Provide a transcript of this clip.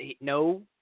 no